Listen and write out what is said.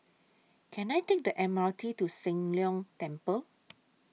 Can I Take The M R T to Soon Leng Temple